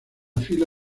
fila